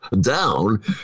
down